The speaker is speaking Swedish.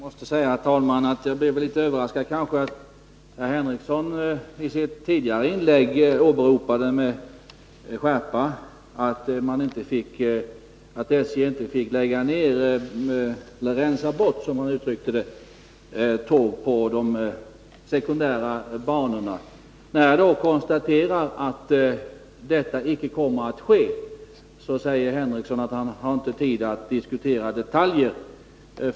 Herr talman! Jag måste säga att jag blev litet överraskad. Sven Henricsson påpekade med skärpa i sitt tidigare inlägg att SJ inte fick rensa bort, som han uttryckte det, tåg på de sekundära banorna. När jag konstaterar att så icke kommer att ske, säger Sven Henricsson att han inte har tid att diskutera detaljer.